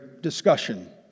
discussion